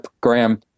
Graham